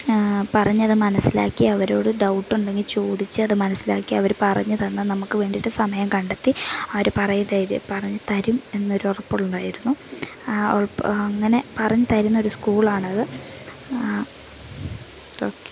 പറഞ്ഞത് മനസ്സിലാക്കി അവരോട് ഡൗട്ടുണ്ടെങ്കിൽ ചോദിച്ചത് മനസ്സിലാക്കി അവർ പറഞ്ഞു തന്ന് നമുക്ക് വേണ്ടിയിട്ട് സമയം കണ്ടെത്തി അവർ പറയ് തരും പറഞ്ഞു തരും എന്നൊരുറപ്പുണ്ടായിരുന്നു അപ്പം അങ്ങനെ പറഞ്ഞു തരുന്നൊരു സ്കൂളാണത് ഓക്കെ